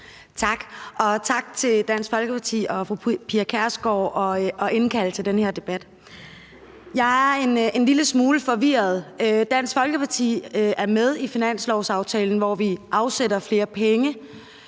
Tak. Og tak til Dansk Folkeparti og fru Pia Kjærsgaard for at indkalde til den her debat. Jeg er en lille smule forvirret. Dansk Folkeparti er med i finanslovsaftalen, hvor vi afsætter flere penge.